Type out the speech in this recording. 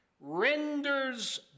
renders